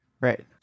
right